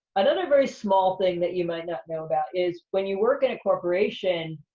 another very small thing that you might not know about is when you work in a corporation,